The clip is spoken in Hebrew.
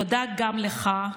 תודה גם לך,